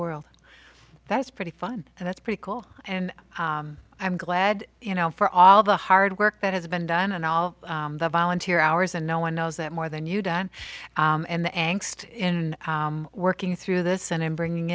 world that's pretty fun and it's pretty cool and i'm glad you know for all the hard work that has been done and all the volunteer hours and no one knows that more than you don and the angsty in working through this and i'm bringing